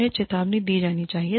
उन्हें चेतावनी दी जानी चाहिए